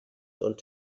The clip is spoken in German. und